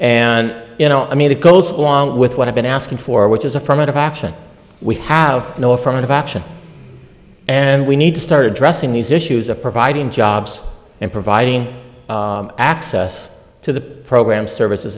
and you know i mean it goes along with what i've been asking for which is affirmative action we have no affirmative action and we need to start addressing these issues of providing jobs and providing access to the program services